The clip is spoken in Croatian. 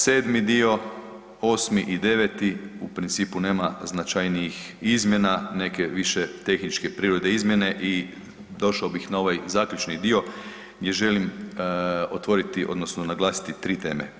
7. dio, 8. i 9. u principu nema značajnijih izmjena, neke više tehničke prirode izmjene i došao bih na ovaj zaključni dio, gdje želim otvoriti, odnosno naglasiti 3 teme.